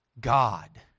God